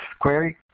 query